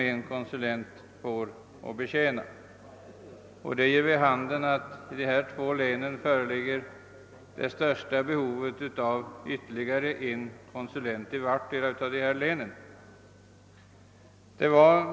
Detta ger vid handen att dessa två län har det största behovet av ytterligare vartdera en konsulent.